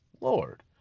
Lord